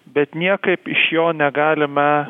bet niekaip iš jo negalime